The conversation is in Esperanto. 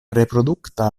reprodukta